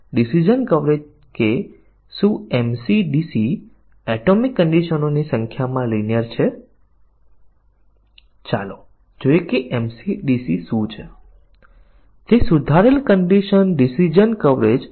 જ્યારે બહુવિધ સ્થિતિના કવરેજમાં આપણને આવશ્યક છે કે ઘટક સ્થિતિઓ વચ્ચેની શરતોના તમામ સંભવિત સંયોજનોની ખાતરી કરવામાં આવી છે તેથી જો તમે બહુવિધ શરત કવરેજ કરી રહ્યા છો તો આમાંથી કોઈ પણ મૂળભૂત શરત કવરેજ નિર્ણય કવરેજ અથવા નિવેદન કવરેજ કરવાની જરૂર નથી